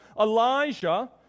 Elijah